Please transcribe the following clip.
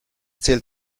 zählt